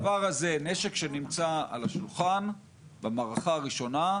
נשק שנמצא על השולחן במערכה הראשונה,